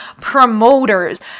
promoters